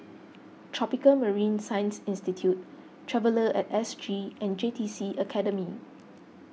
Tropical Marine Science Institute Traveller at S G and J T C Academy